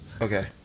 Okay